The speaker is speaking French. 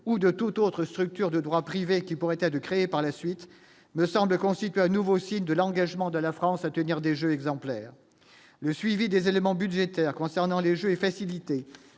ou de toute autre structure de droit privé qui pourrait être de créer par la suite me semble constituer un nouveau signe de l'engagement de la France à tenir des exemplaire, le suivi des éléments budgétaires concernant les jeux est facilitée